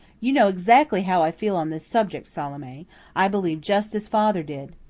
you know exactly how i feel on this subject, salome i believe just as father did.